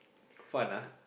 fun ah